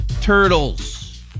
turtles